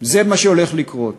זה מה שהולך לקרות.